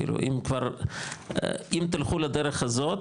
כאילו אם תלכו לדרך הזאת,